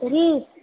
तर्हि